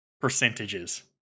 percentages